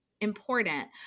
important